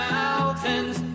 mountains